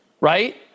right